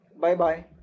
bye-bye